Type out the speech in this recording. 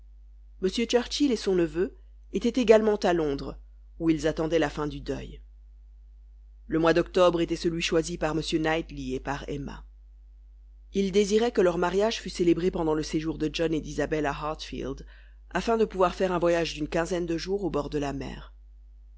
m churchill et son neveu étaient également à londres où ils attendaient la fin du deuil le mois d'octobre était celui choisi par m knightley et par emma ils désiraient que leur mariage fût célébré pendant le séjour de john et d'isabelle à hartfield afin de pouvoir faire un voyage d'une quinzaine de jours au bord de la mer